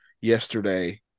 yesterday